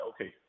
okay